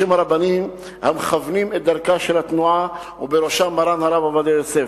בשם הרבנים המכוונים את דרכה של התנועה ובראשם מרן הרב עובדיה יוסף,